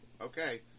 Okay